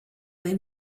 they